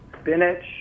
Spinach